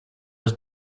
was